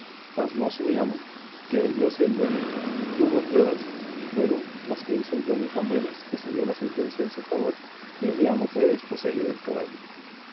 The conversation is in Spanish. hurtado pasmóse mi amo querellóse el dueño hubo pruebas y fueron las que hizo el dueño tan buenas que salió la sentencia en su favor y mi amo fue desposeído del caballo